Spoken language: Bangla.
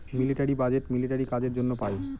মিলিটারি বাজেট মিলিটারি কাজের জন্য পাই